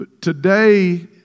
Today